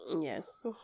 Yes